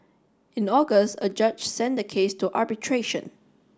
in August a judge sent the case to arbitration